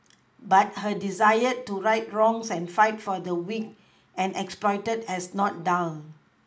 but her desire to right wrongs and fight for the weak and exploited has not dulled